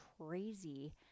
crazy